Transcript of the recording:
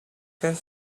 get